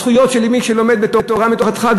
הזכויות של מי שלומד בתורה מתוך הדחק,